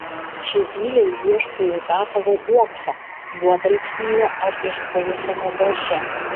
ši zylė ieško jau gatavo uokso juodalksnyje ar išpuvusiame berže